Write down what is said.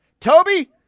Toby